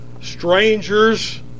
strangers